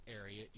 area